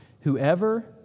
Whoever